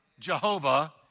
Jehovah